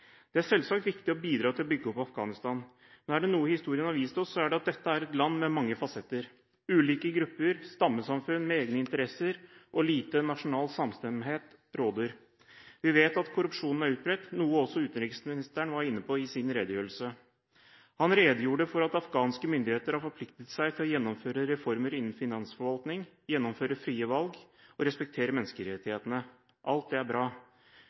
Det er selvsagt viktig å bidra til å bygge opp Afghanistan, men er det noe historien har vist oss, er det at dette er et land med mange fasetter. Ulike grupper, stammesamfunn med egne interesser og lite nasjonal samstemmighet råder. Vi vet at korrupsjon er utbredt – noe også utenriksministeren var inne på i sin redegjørelse. Han redegjorde for at afghanske myndigheter har forpliktet seg til å gjennomføre reformer innen finansforvaltning, gjennomføre frie valg og respektere menneskerettighetene. Alt det er bra.